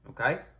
okay